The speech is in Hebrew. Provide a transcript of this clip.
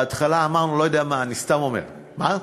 בהתחלה אמרנו, לא יודע מה, אני סתם אומר, מה?